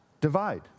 divide